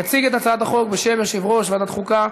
יציג את הצעת החוק, בשם יושב-ראש ועדת חוקה,